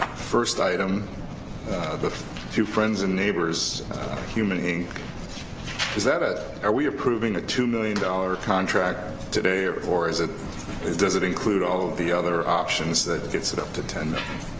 first item the to friends and neighbors human inc is that it are we approving a two million dollar contract today or or is it it does it include all of the other options that gets it up to ten